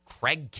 Craig